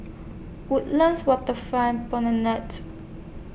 Woodlands Waterfront Promenade